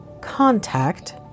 Contact